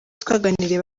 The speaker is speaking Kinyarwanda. twaganiriye